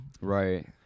Right